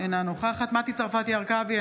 אינה נוכחת מטי צרפתי הרכבי,